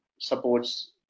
supports